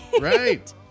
right